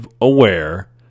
aware